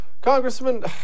Congressman